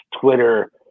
twitter